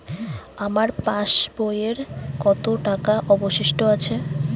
আমার পাশ বইয়ে কতো টাকা অবশিষ্ট আছে?